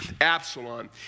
Absalom